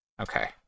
Okay